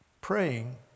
praying